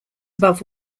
above